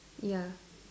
ya